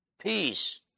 Peace